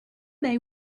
they